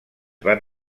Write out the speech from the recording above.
van